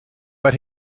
but